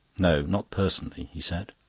no, not personally, he said.